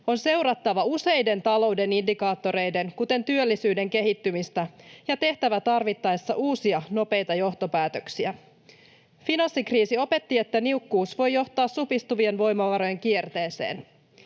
On seurattava useiden talouden indikaattoreiden, kuten työllisyyden, kehittymistä ja tehtävä tarvittaessa uusia nopeita johtopäätöksiä. Finanssikriisi opetti, että niukkuus voi johtaa supistuvien voimavarojen kierteeseen.